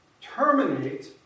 terminate